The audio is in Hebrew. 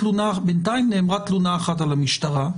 בינתיים נאמרה תלונה אחת על המשטרה,